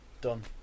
done